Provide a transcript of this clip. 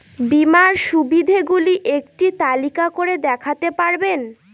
বীমার সুবিধে গুলি একটি তালিকা করে দেখাতে পারবেন?